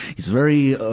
he's very, ah